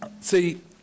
See